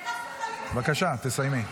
בבקשה, תסיימי.